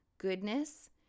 goodness